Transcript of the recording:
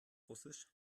russisch